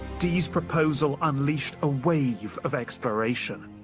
dee's proposal unleashed a wave of exploration.